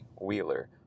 Wheeler